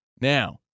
Now